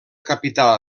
capital